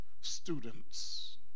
students